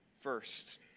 first